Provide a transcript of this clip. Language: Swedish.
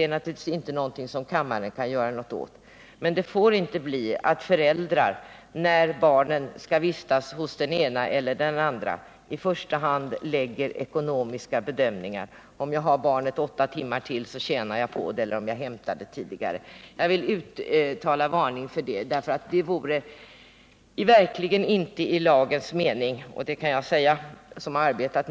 är naturligtvis en sak som kammaren inte kan göra någonting åt, men det får inte bli så att föräldrar, när barnen skall vistas hos den ena eller den andra av dem, i första hand anlägger ekonomiska bedömningar: om jag har kvar barnet åtta timmar till, eller om jag hämtar det tidigare, tjänar jag på det. Jag vill uttala en varning för det förfaringssättet, eftersom det verkligen inte vore riktigt i lagens mening.